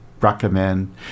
recommend